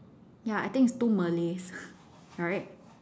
ya I think is two Malays right